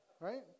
right